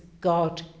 God